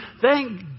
thank